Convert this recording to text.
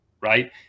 right